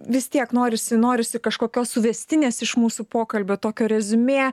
vis tiek norisi norisi kažkokios suvestinės iš mūsų pokalbio tokio reziumė